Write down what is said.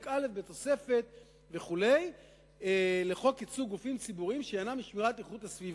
א' בתוספת לחוק ייצוג גופים ציבוריים שעניינם בשמירת איכות הסביבה",